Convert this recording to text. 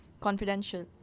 confidential